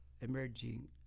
emerging